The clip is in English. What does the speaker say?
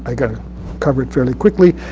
ah got to cover it fairly quickly.